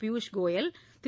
Piyush Goyal Thiru